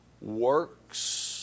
works